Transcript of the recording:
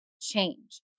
change